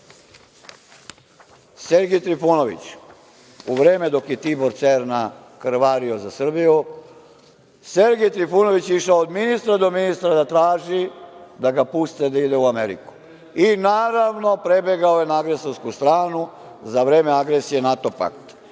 Sergej Trifunović, u vreme dok je Tibor Cerna krvario za Srbiju, Sergej Trifunović je išao od ministra do ministra da traži da ga puste da ide u Ameriku. I, naravno, prebegao je na agresorsku stranu za vreme agresije NATO pakta.